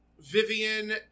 Vivian